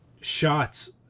shots